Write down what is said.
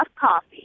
coffee